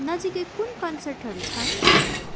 नजिकै कुन कन्सर्टहरू छन्